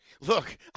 Look